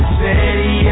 city